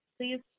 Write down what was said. please